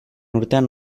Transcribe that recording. urtean